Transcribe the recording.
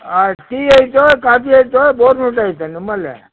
ಆಯ್ತು ಟೀ ಐತೊ ಕಾಫಿ ಐತೊ ಬೊರ್ಮಿಟ ಐತಾ ನಿಮ್ಮಲ್ಲಿ